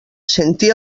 sentir